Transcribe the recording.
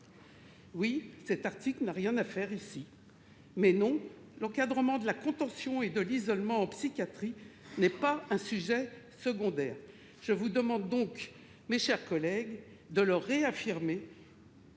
Oui, cet article n'a rien à faire là ; mais non, l'encadrement de la contention et de l'isolement en psychiatrie n'est pas un sujet secondaire. Je vous demande, mes chers collègues, de le réaffirmer